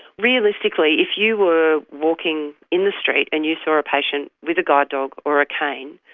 realistically, if you were walking in the street and you saw a patient with a guide dog or a cane,